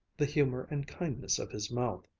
the humor and kindness of his mouth.